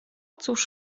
cóż